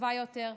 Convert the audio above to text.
טובה יותר,